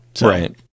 Right